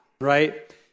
right